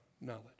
knowledge